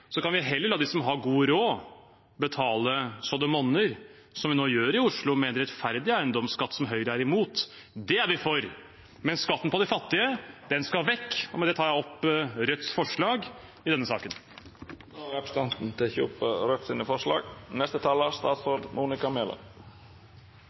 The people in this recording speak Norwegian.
Så kan vi heller la dem som har god råd, betale så det monner, som en nå gjør i Oslo med en rettferdig eiendomsskatt, som Høyre er imot. Det er vi for, men skatten fra de fattige skal vekk. Med det tar jeg opp Rødts forslag i denne saken. Då har representanten